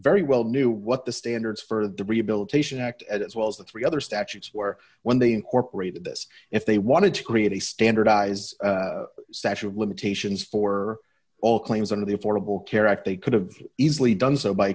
very well knew what the standards for the rehabilitation act and as well as the three other statutes where when they incorporated this if they wanted to create a standardized statue of limitations for all claims under the affordable care act they could have easily done so by